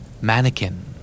Mannequin